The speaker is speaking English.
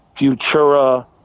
Futura